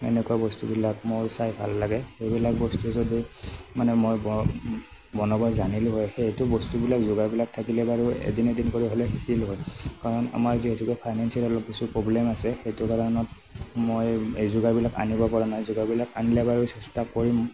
এনেকুৱা বস্তুবিলাক মোৰ চাই ভাল লাগে এইবিলাক বস্তু যদি মানে মই বনা বনাব জানিলোঁ হয় সেইটো বস্তুবিলাক যোগাৰবিলাক থাকিলে বাৰু এদিন এদিন কৰি হ'লেও শিকিলোঁ হয় কাৰণ আমাৰ যিহেতুকে ফাইনেনঞ্চিয়েল অলপ কিছু প্ৰবলেম আছে সেইটো কাৰণত মই এই যোগাৰ বিলাক আনিব পৰা নাই যোগাৰ বিলাক আনিলে বাৰু চেষ্টা কৰিম